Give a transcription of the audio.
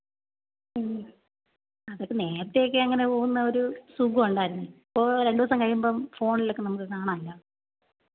അതിപ്പം നേരത്തെയൊക്കെ അങ്ങനെ പോകുന്ന ഒരു സുഖമുണ്ടായിരുന്നു ഇപ്പോൾ രണ്ടു ദിവസം കഴിയുമ്പം ഫോണിലൊക്കെ നമുക്ക് കാണാമല്ലോ